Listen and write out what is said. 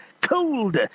cold